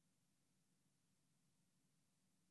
אדוני